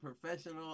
professional